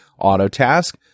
Autotask